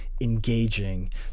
engaging